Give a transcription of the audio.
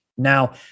Now